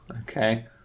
Okay